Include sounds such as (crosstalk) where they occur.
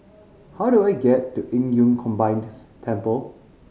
how do I get to Qing Yun Combined (unintelligible) Temple